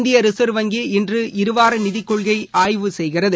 இந்தியரிசா்வ் வங்கி இன்று இருவாரநிதிக் கொள்கையைஆய்வு செய்கிறது